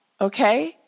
Okay